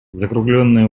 закруглённые